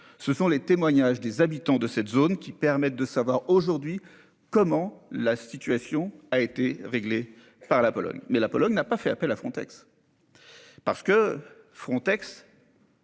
ce sont les témoignages des habitants de cette zone qui permettent de savoir aujourd'hui comment la situation a été réglé par la Pologne mais la Pologne n'a pas fait appel à Frontex. Parce que Frontex.